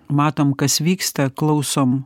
matom kas vyksta klausom